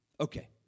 okay